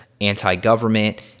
anti-government